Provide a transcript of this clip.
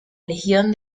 legión